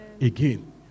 Again